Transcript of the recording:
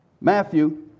Matthew